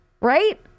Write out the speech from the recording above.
right